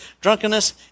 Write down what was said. drunkenness